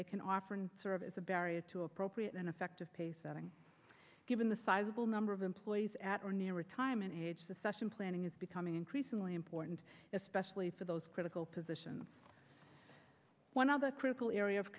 they can offer and serve as a barrier to appropriate and effective pay setting given the sizable number of employees at or near retirement age the session planning is becoming increasingly important especially for those critical position one of the critical area of